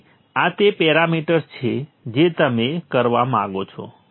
તેથી આ તે પેરામિટર્સ છે જે તમે કરવા માંગો છો